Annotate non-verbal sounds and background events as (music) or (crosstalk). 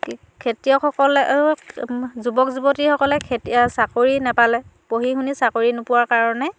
(unintelligible) খেতিয়কসকলক (unintelligible) যুৱক যুৱতীসকলে খেতি চাকৰি নাপালে পঢ়ি শুনি চাকৰি নোপোৱা কাৰণে